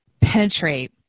penetrate